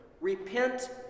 Repent